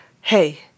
hey